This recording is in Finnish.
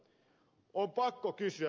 on pakko kysyä